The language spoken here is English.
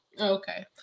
Okay